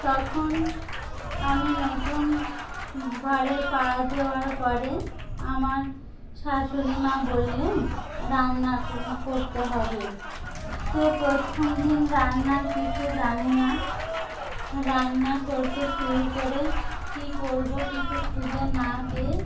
তখন আমি নতুন ঘরে পা দেওয়ার পরে আমার শাশুড়িমা বললেন রান্না করতে হবে তো প্রথম দিন রান্নার কিছু জানি না রান্না করতে শুরু করে কী করব কিছু খুঁজে না পেয়ে